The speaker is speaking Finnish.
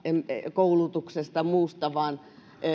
koulutuksesta muusta vaan